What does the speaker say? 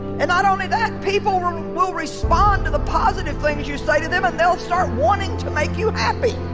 and not only that people um and will respond to the positive things you say to them and they'll start wanting to make you and happy